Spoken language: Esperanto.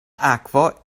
akvo